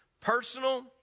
Personal